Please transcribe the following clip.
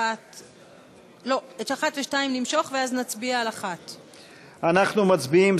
ואז נצביע על 1. אנחנו מצביעים,